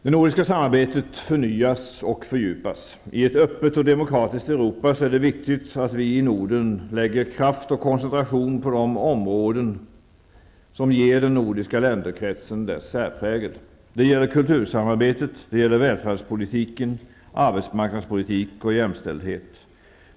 Det nordiska samarbetet förnyas och fördjupas. I ett öppet och demokratiskt Europa är det viktigt att vi i Norden lägger ner kraft och koncentrerar oss på de områden som ger den nordiska länderkretsen dess särprägel. Det gäller kultursamarbetet. Det gäller välfärdspolitiken, arbetsmarknadspolitiken och jämställdheten.